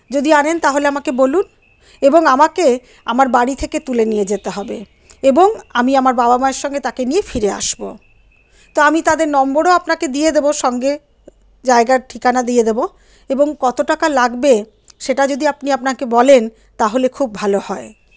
যদি আনেন তাহলে আমাকে বলুন এবং আমাকে আমার বাড়ি থেকে তুলে নিয়ে যেতে হবে এবং আমি আমার বাবা মায়ের সঙ্গে তাকে নিয়ে ফিরে আসবো তো আমি তাদের নম্বরও আপনাকে দিয়ে দেব সঙ্গে জায়গার ঠিকানা দিয়ে দেব এবং কত টাকা লাগবে সেটা যদি আপনি আপনাকে বলেন তাহলে খুব ভালো হয়